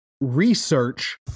Research